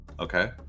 Okay